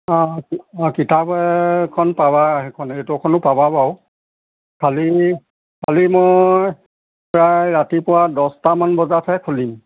অ অ কিতাপখন পাবা এইটৰখনো পাবা বাৰু খালি কালি মই প্ৰায় ৰাতিপুৱা দহটামান বজাতহে খুলিম